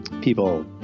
people